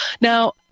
Now